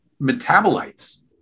metabolites